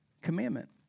commandment